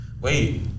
Wait